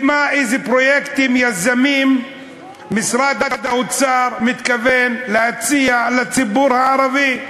איזה פרויקטים יזמיים משרד האוצר מתכוון להציע לציבור הערבי.